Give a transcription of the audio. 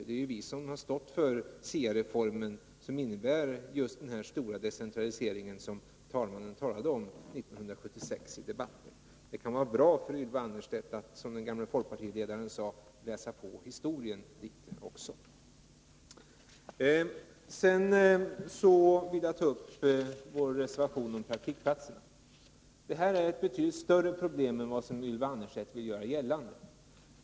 Det är ju vi som har stått för SIA-reformen, som innebär just den här stora decentraliseringen som andre vice talmannen tog upp i debatten den 21 maj 1976. Det kan, som den gamle folkpartiledaren sade, vara bra att läsa på historien litet. Sedan vill jag ta upp vår reservation om praktikplatserna. Det rör sig här om betydligt större problem än vad Ylva Annerstedt vill göra gällande.